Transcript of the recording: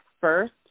first